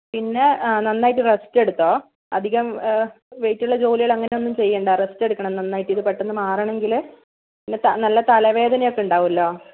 പിന്നെ നന്നായിട്ട് റെസ്റ്റ് എടുത്തോ അധികം വെയിറ്റ് ഉള്ള ജോലികൾ അങ്ങനെ ഒന്നും ചെയ്യേണ്ട റെസ്റ്റ് എടുക്കണം നന്നായിട്ട് ഇത് പെട്ടെന്ന് മാറണമെങ്കിൽ പിന്നെ ത നല്ല തലവേദനയൊക്കെ ഉണ്ടാവുമല്ലോ